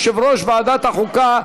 יושב-ראש ועדת החוקה,